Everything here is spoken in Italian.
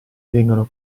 vengono